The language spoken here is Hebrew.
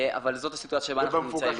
אבל זאת הסיטואציה שבה אנחנו נמצאים.